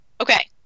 Okay